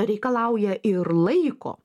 reikalauja ir laiko